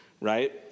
right